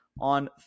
on